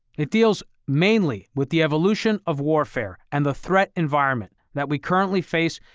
it deals mainly with the evolution of warfare and the threat environment that we currently face,